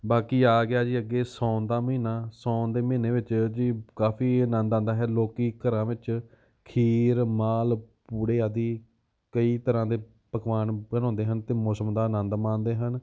ਬਾਕੀ ਆ ਗਿਆ ਜੀ ਅੱਗੇ ਸਾਓਣ ਦਾ ਮਹੀਨਾ ਸਾਓਣ ਦੇ ਮਹੀਨੇ ਵਿੱਚ ਜੀ ਕਾਫੀ ਆਨੰਦ ਆਉਂਦਾ ਹੈ ਲੋਕ ਘਰਾਂ ਵਿੱਚ ਖੀਰ ਮਾਲ ਪੂੜੇ ਆਦਿ ਕਈ ਤਰ੍ਹਾਂ ਦੇ ਪਕਵਾਨ ਬਣਾਉਂਦੇ ਹਨ ਅਤੇ ਮੌਸਮ ਦਾ ਆਨੰਦ ਮਾਣਦੇ ਹਨ